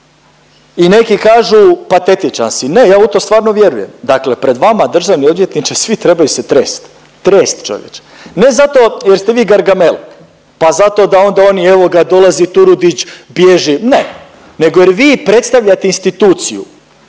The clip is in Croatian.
i neki kažu patetičan si. Ne, ja u to stvarno vjerujem, dakle pred vama državni odvjetniče svi trebaju se trest, trest čovječe, ne zato jer ste vi Gargamel, pa zato da onda oni evo ga dolazi Turudić, bježi, ne, nego jer vi predstavljate instituciju